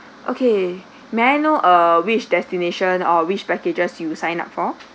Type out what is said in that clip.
okay may I know l ah which destination or which packages you sign up for